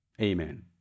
Amen